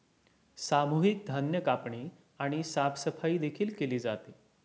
सामूहिक धान्य कापणी आणि साफसफाई देखील केली जाते